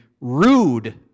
Rude